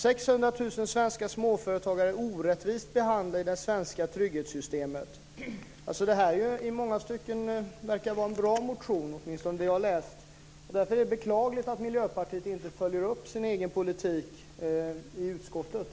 600 000 svenska småföretagare är orättvist behandlade i det svenska trygghetssystemet. Det verkar vara en bra motion i många stycken, åtminstone det jag har läst. Därför är det beklagligt att Miljöpartiet inte följer upp sin egen politik i utskottet.